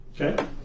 Okay